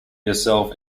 yourself